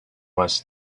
was